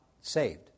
saved